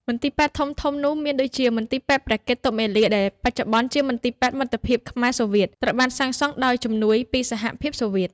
មន្ទីរពេទ្យធំៗនោះមានដូចជា មន្ទីរពេទ្យព្រះកេតុមាលាដែលបច្ចុប្បន្នជាមន្ទីរពេទ្យមិត្តភាពខ្មែរ សូវៀត ត្រូវបានសាងសង់ដោយជំនួយពីសហភាពសូវៀត។